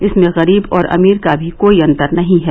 इसमें गरीब और अमीर का भी कोई अन्तर नही है